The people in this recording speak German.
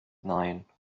nein